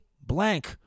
blank